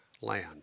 land